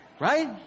Right